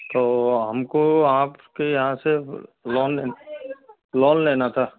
तो हमको आपके यहाँ से लोन लोन लेना था